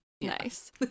Nice